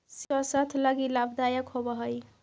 सेब स्वास्थ्य के लगी लाभदायक होवऽ हई